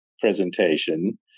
presentation